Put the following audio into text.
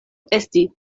esti